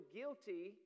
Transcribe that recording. guilty